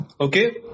Okay